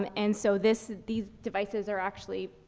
um and so this, these devices are actually,